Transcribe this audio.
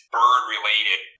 bird-related